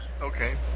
Okay